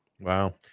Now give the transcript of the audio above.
Wow